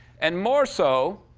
and more so,